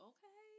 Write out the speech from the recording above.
Okay